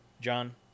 John